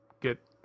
get